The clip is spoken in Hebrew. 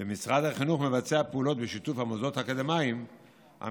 ומשרד החינוך מבצע פעולות בשיתוף המוסדות האקדמיים על